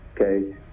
okay